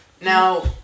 Now